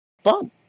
fun